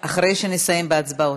אחרי שנסיים את ההצבעות.